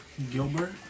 Gilbert